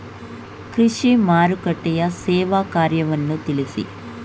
ಕೃಷಿ ಮಾರುಕಟ್ಟೆಯ ಸೇವಾ ಕಾರ್ಯವನ್ನು ತಿಳಿಸಿ?